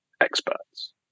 experts